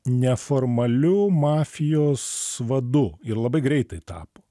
neformaliu mafijos vadu ir labai greitai tapo